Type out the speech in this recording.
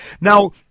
Now